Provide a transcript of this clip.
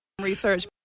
research